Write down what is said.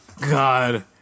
God